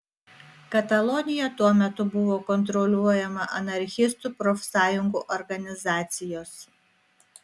katalonija tuo metu buvo kontroliuojama anarchistų profsąjungų organizacijos